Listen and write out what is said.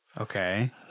Okay